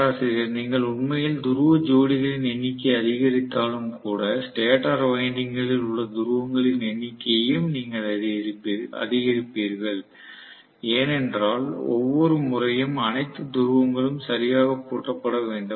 பேராசிரியர் நீங்கள் உண்மையில் துருவ ஜோடிகளின் எண்ணிக்கையை அதிகரித்தாலும் கூட ஸ்டேட்டர் வைண்டிங்குகளில் உள்ள துருவங்களின் எண்ணிக்கையையும் நீங்கள் அதிகரித்திருப்பீர்கள் ஏனென்றால் ஒவ்வொரு முறையும் அனைத்து துருவங்களும் சரியாக பூட்டப்பட வேண்டும்